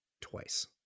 twice